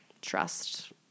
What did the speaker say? trust